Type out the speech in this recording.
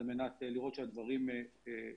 על מנת לראות שהדברים מגיעים.